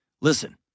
Listen